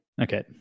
Okay